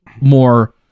more